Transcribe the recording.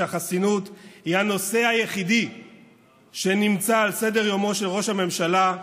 כשהחסינות היא הנושא היחיד שנמצא על סדר-יומו של ראש הממשלה,